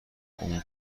اون